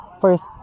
First